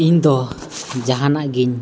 ᱤᱧᱫᱚ ᱡᱟᱦᱟᱱᱟᱜ ᱜᱮᱧ